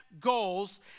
goals